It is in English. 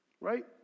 right